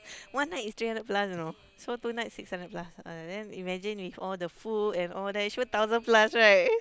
one night is three hundred plus you know so two nights six hundred plus uh then imagine with all the food and all that sure thousand plus right